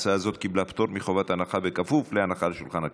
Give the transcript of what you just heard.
ההצעה הזאת קיבלה פטור מחובת הנחה בכפוף להנחה על שולחן הכנסת.